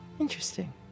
Interesting